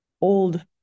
old